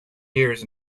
years